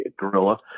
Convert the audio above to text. gorilla